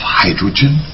hydrogen